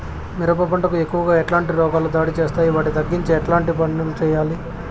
మిరప పంట కు ఎక్కువగా ఎట్లాంటి రోగాలు దాడి చేస్తాయి వాటిని తగ్గించేకి ఎట్లాంటి పనులు చెయ్యాలి?